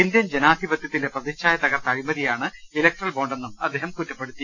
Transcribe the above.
Indian ജനാധിപതൃത്തിന്റെ പ്രതിച്ഛായ തകർത്ത അഴിമതിയാണ് ഇലക്ട്രൽ ബോണ്ടെന്നും അദ്ദേഹം കുറ്റപ്പെടുത്തി